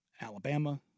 Alabama